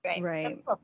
right